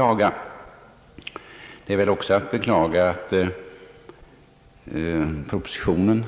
Det är väl också beklagansvärt att propositionen